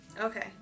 Okay